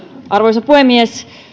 arvoisa puhemies